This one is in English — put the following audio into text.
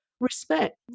respect